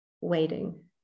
waiting